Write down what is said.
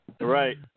Right